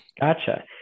Gotcha